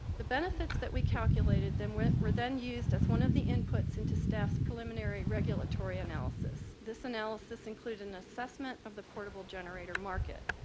the benefits that we calculated then were were then used as one of the inputs into staffs preliminary regulatory analysis. this analysis included an assessment of the portable generator market.